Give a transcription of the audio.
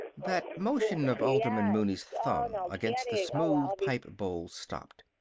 that motion of alderman mooney's thumb against the smooth pipe bowl stopped.